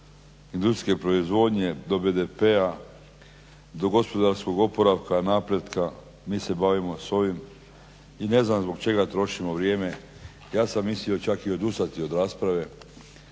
industrijske proizvodnje, do BDP-a, do gospodarskog oporavka, napretka mi se bavimo s ovim i ne znam zbog čega trošimo vrijeme. Ja sam mislio čak i odustati od rasprave,